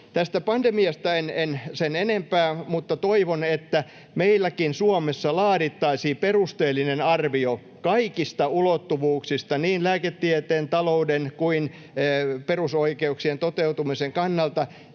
pandemiasta en puhu sen enempää, mutta toivon, että meillä Suomessakin laadittaisiin perusteellinen arvio kaikista ulottuvuuksista, niin lääketieteen, talouden kuin perusoikeuksien toteutumisen kannalta,